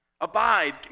Abide